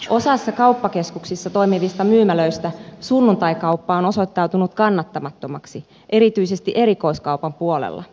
osassa kauppakeskuksissa toimivista myymälöistä sunnuntaikauppa on osoittautunut kannattamattomaksi erityisesti erikoiskaupan puolella